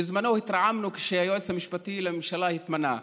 בזמנו התרעמנו כשהיועץ המשפטי לממשלה התמנה.